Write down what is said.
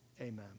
amen